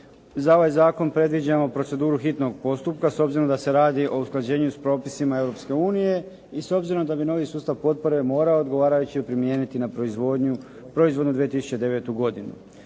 Za ovaj zakon predviđamo proceduru hitnog postupka s obzirom da se radi o usklađenju sa propisima Europske unije i s obzirom da bi novi sustav potpore morao odgovarajući primijeniti na proizvodnju, …/Govornik